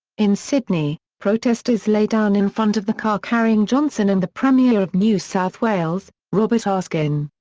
in sydney, protesters lay down in front of the car carrying johnson and the premier of new south wales, robert ah askin.